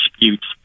disputes